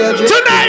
Tonight